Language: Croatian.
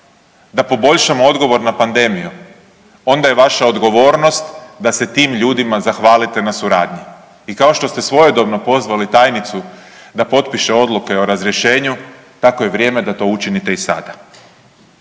da poboljšamo odgovor na pandemiju onda je vaša odgovornost da se tim ljudima zahvalite na suradnji. I kao što ste svojedobno pozvali tajnicu da potpiše odluke o razrješenju tako je vrijeme da to učinite i sada.